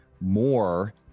more